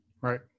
Right